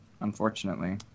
unfortunately